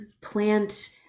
plant